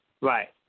Right